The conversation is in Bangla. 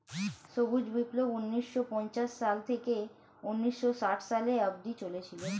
সবুজ বিপ্লব ঊন্নিশো পঞ্চাশ সাল থেকে ঊন্নিশো ষাট সালে অব্দি চলেছিল